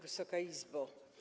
Wysoka Izbo!